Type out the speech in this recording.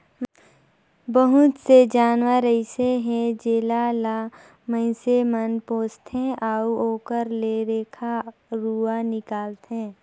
बहुत से जानवर अइसे हे जेला ल माइनसे मन पोसथे अउ ओखर ले रेखा रुवा निकालथे